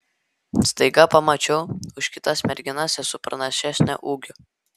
staiga pamačiau už kitas merginas esu pranašesnė ūgiu